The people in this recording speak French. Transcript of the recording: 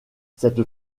cette